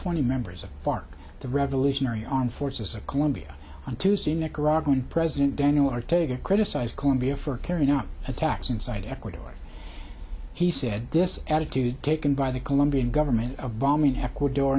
twenty members of fark the revolutionary armed forces of colombia on tuesday nicaraguan president daniel ortega criticized colombia for carrying out attacks inside ecuador he said this attitude taken by the colombian government of bombing ecuador